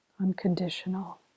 unconditional